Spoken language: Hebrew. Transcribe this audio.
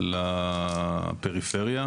לפריפריה.